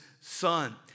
Son